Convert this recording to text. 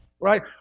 Right